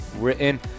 written